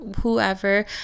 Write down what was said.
whoever